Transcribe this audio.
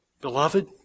beloved